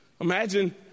Imagine